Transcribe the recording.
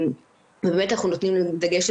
אנחנו נותנים לזה דגש,